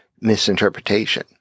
misinterpretation